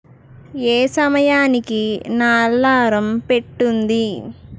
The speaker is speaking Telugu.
ఏ సమయానికి నా అల్లారం పెట్టుంది